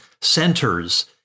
centers